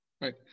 Right